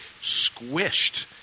squished